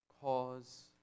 cause